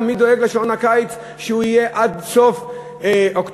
מי דואג ששעון הקיץ יהיה עד סוף אוקטובר.